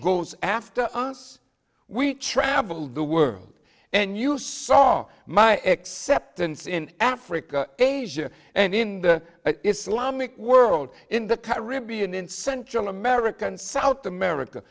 goes after us we traveled the world and you saw my acceptance in africa asia and in the islamic world in the caribbean in central america and south america